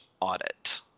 audit